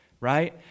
right